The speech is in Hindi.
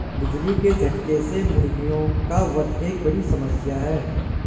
बिजली के झटके से मुर्गियों का वध एक बड़ी समस्या है